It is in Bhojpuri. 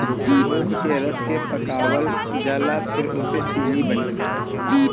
ऊख के रस के पकावल जाला फिर ओसे चीनी बनेला